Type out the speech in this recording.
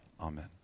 amen